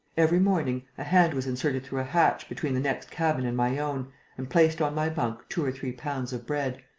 every morning, a hand was inserted through a hatch between the next cabin and my own and placed on my bunk two or three pounds of bread,